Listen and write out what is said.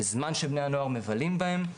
בזמן שבני הנוער מבלים בהם.